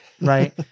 right